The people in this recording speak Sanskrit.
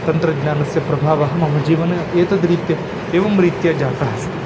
तन्त्रज्ञानस्य प्रभावः मम जीवने एतद् रीत्या एवं रीत्या जातः अस्ति